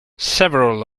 several